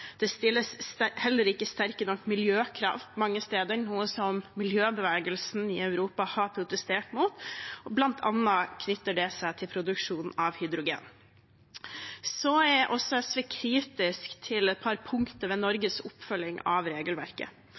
Det stilles heller ikke sterke nok miljøkrav mange steder, noe som miljøbevegelsen i Europa har protestert mot, og det knytter seg bl.a. til produksjonen av hydrogen. SV er også kritisk til et par punkter ved Norges oppfølging av regelverket.